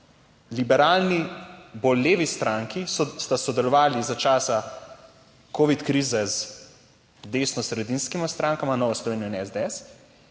liberalni bolj levi stranki sta sodelovali za časa covid krize z desnosredinskima strankama Nova Slovenija in SDS